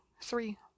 three